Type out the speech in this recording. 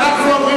עוברים